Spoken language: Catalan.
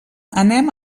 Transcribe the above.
anem